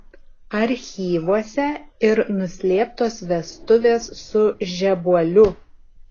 archyvuose ir nuslėptos vestuvės su žebuoliu